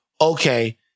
okay